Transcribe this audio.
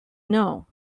know